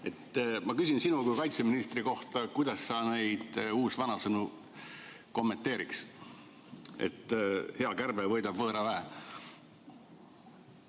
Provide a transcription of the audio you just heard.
Ma küsin sinu kui kaitseministri käest, kuidas sa seda uusvanasõna kommenteeriks, et hea kärbe võidab võõra väe.